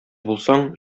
булсаң